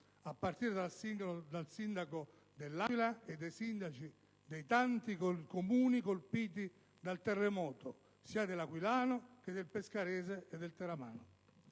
a partire dal sindaco dell'Aquila e dai sindaci dei tanti Comuni colpiti dal terremoto, sia dell'aquilano che del pescarese e del teramano.